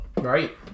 Right